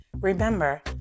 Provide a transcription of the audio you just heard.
Remember